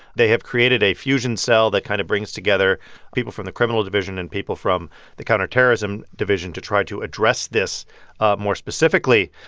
they have created a fusion cell that kind of brings together people from the criminal division and people from the counterterrorism division to try to address this ah more specifically.